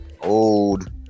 Old